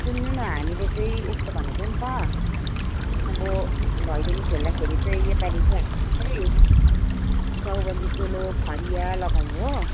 सुन्नु न हामीले चाहिँ यस्तो भनेको नि त अब भैलिनी खेल्दाखेरि चाहिँ योपालि चाहिँ हामी चाहिँ चौबन्दी चोलो फरिया लगाउँ हो